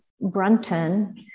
Brunton